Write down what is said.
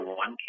one